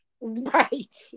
Right